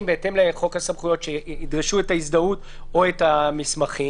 בהתאם לחוק הסמכויות שידרשו את ההזדהות או המסמכים,